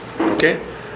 okay